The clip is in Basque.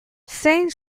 zein